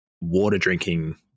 water-drinking